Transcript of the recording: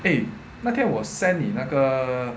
eh 那天我 send 你那个